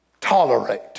tolerate